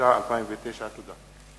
התש"ע 2009. תודה.